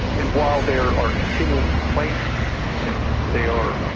and while there are continuing complaints and they are.